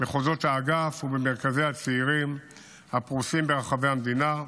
האגף ובמרכזי הצעירים הפרוסים ברחבי המדינה,